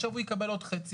עכשיו הוא יקבל עוד חצי.